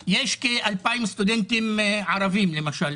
ככל שיהיו כאלה עם אגף התקציבים בבק טו